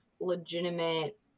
legitimate